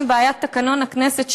מבעיית תקנון הכנסת,